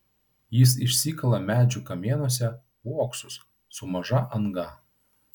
jis išsikala medžių kamienuose uoksus su maža anga